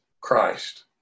Christ